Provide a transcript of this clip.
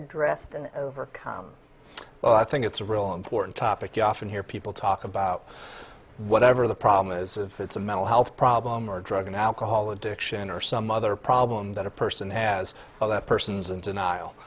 addressed and overcome well i think it's a real important topic you often hear people talk about whatever the problem is it's a mental health problem or drug and alcohol addiction or some other problem that a person has all that person's and denial